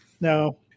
no